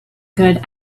good